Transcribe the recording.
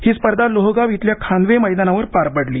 ही स्पर्धा लोहगाव इथल्या खांदवे मैदानावर पार पडली